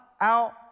out